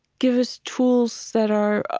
give us tools that are